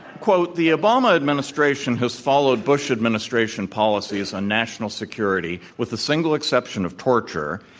quote, the obama administration has followed bush administration policies on national security with the single exception of tor ture,